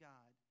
God